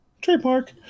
trademark